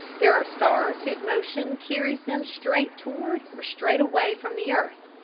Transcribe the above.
there are stars whose motion carries them straight toward or straight away from the earth,